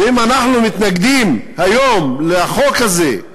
ואם אנחנו מתנגדים היום לחוק הזה,